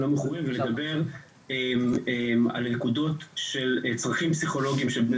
מכורים ולדבר על הנקודות של צרכים פסיכולוגיים שבני